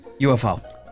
UFO